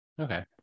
Okay